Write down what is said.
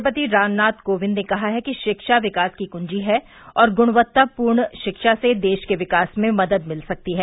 राष्ट्रपति रामनाथ कोविंद ने कहा है कि शिक्षा विकास की कुंजी है और गुणवत्तापूर्ण शिक्षा से देश के विकास में मदद मिल सकती है